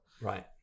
right